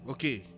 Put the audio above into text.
Okay